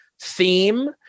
theme